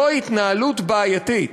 זוהי התנהלות בעייתית.